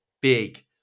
big